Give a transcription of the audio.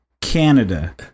Canada